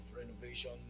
renovation